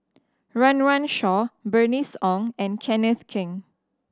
Run Run Shaw Bernice Ong and Kenneth Keng